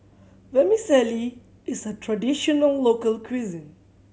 Vermicelli is a traditional local cuisine